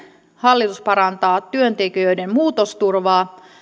hallitus parantaa työntekijöiden muutosturvaa